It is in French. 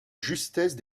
justesse